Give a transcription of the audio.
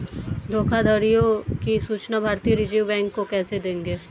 धोखाधड़ियों की सूचना भारतीय रिजर्व बैंक को कैसे देंगे?